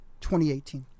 2018